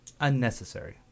Unnecessary